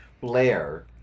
Blair